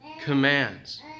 commands